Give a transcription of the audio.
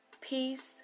Peace